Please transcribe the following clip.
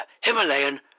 Himalayan